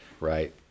Right